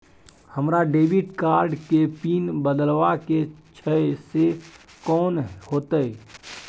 हमरा debit card के pin बदलवा के छै से कोन होतै?